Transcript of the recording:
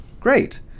great